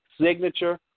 signature